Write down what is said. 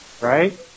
Right